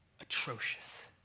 atrocious